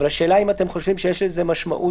אבל השאלה אם אתם חושבים שיש לזה משמעות